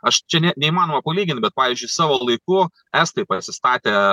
aš čia ne neįmanoma palygint bet pavyzdžiui savo laiku estai pasistatė